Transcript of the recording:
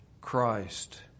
Christ